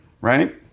Right